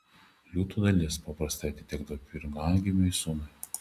liūto dalis paprastai atitekdavo pirmagimiui sūnui